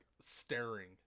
staring